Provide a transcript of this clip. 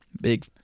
Big